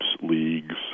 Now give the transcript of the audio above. leagues